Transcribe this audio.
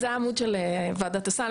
זה העמוד של ועדת הסל.